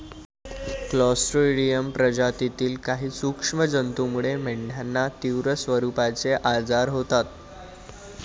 Clostridium प्रजातीतील काही सूक्ष्म जंतूमुळे मेंढ्यांना तीव्र स्वरूपाचे आजार होतात